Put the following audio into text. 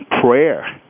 prayer